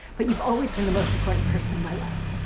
but you've always been the most important person in my life.